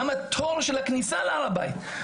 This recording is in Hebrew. גם תור הכניסה להר הבית,